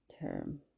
term